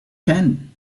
ten